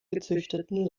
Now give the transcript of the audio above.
gezüchteten